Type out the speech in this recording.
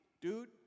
Dude